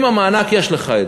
עם המענק יש לך,